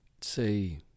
say